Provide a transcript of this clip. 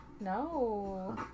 No